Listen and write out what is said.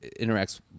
interacts